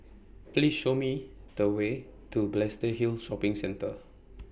Please Show Me The Way to Balestier Hill Shopping Centre